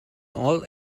all